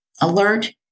alert